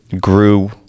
grew